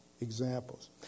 examples